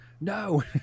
No